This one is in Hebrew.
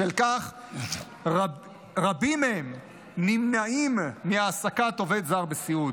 בשל כך רבים מהם נמנעים מהעסקת עובד זר בסיעוד,